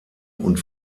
und